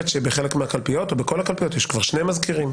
שבחלק מהקלפיות או בכל הקלפיות יש כבר שני מזכירים.